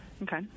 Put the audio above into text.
Okay